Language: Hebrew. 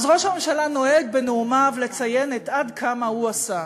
אז ראש הממשלה נוהג בנאומיו לציין עד כמה הוא עשה.